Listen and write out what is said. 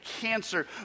cancer